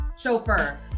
chauffeur